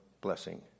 blessing